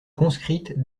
conscrite